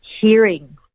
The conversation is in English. hearing